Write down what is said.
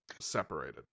separated